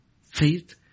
faith